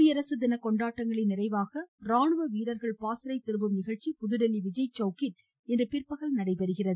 குடியரசு தின கொண்டாட்டங்களின் நிறைவாக ராணுவ வீரர்கள் பாசறை திரும்பும் நிகழ்ச்சி புதுதில்லி விஜய் சவுக்கில் இன்று பிற்பகல் நடைபெறுகிறது